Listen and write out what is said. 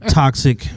toxic